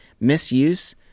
misuse